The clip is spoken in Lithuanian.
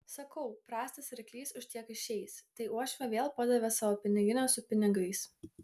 sakau prastas arklys už tiek išeis tai uošvė vėl padavė savo piniginę su pinigais